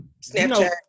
Snapchat